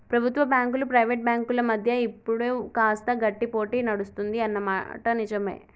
ప్రభుత్వ బ్యాంకులు ప్రైవేట్ బ్యాంకుల మధ్య ఇప్పుడు కాస్త గట్టి పోటీ నడుస్తుంది అన్న మాట నిజవే